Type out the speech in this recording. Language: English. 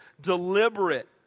deliberate